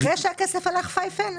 אחרי שהכסף הלך פייפן?